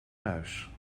muis